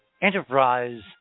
enterprise